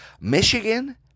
Michigan